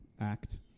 act